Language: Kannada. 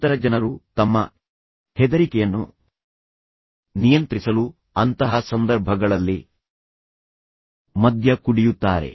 ನಂತರ ಜನರು ತಮ್ಮ ಹೆದರಿಕೆಯನ್ನು ನಿಯಂತ್ರಿಸಲು ಅಂತಹ ಸಂದರ್ಭಗಳಲ್ಲಿ ಮದ್ಯ ಕುಡಿಯುತ್ತಾರೆ